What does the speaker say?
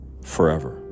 forever